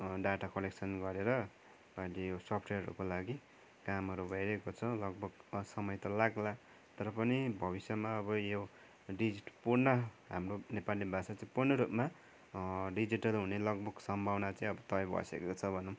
data collection गरेर अहिले यो सफ्टवयरहरूको लागि कामहरू भइरहेको छ लगभग समय त लाग्ला तर पनि भविष्यमा अब यो डिजिट पूर्ण हाम्रो नेपाली भाषा चाहिँ पूर्ण रूपमा डिजिटल हुने लगभग सम्भावना चाहिँ अब प्रायः भइसकेको छ भनौँ